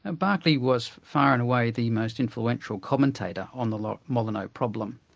and berkeley was far and away the most influential commentator on the locke-molyneux problem,